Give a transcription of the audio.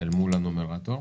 מול הנומרטור.